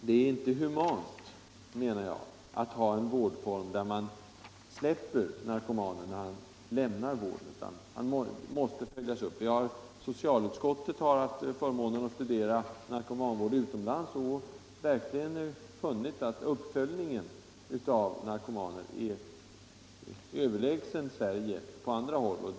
Det är inte humant, menar jag, att ha en vårdform där man helt släpper kontakten med narkomanerna då de lämnar vården. Socialutskottet har haft förmånen att studera narkomanvård utomlands och funnit att uppföljningen av: narkomaner på andra håll är överlägsen den i Sverige.